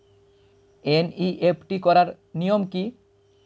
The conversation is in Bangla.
এন.ই.এফ.টি করার নিয়ম কী?